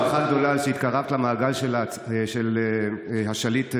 הערכה גדולה על שהתקרבת למעגל של השליט הכל-יכול.